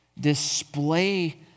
display